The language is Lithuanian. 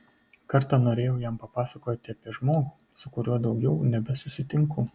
kartą norėjau jam papasakoti apie žmogų su kuriuo daugiau nebesusitinku